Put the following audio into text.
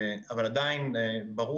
נכפה עליהם אבדן הכנסות משמעותי מפעילות